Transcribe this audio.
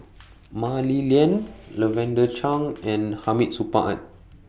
Mah Li Lian Lavender Chang and Hamid Supaat